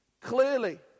clearly